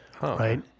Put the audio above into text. Right